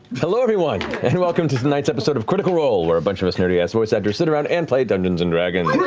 hello, everyone and welcome to tonight's episode of critical role, where a bunch of us nerdy-ass voice actors sit around and play dungeons and dragons.